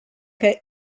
que